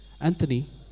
anthony